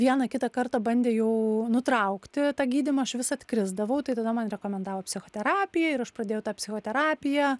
vieną kitą kartą bandė jau nutraukti tą gydymą aš vis atkrisdavau tai tada man rekomendavo psichoterapiją ir aš pradėjau tą psichoterapiją